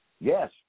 Yes